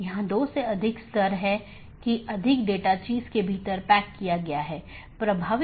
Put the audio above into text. यह विज्ञापन द्वारा किया जाता है या EBGP वेपर को भेजने के लिए राउटिंग विज्ञापन बनाने में करता है